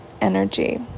energy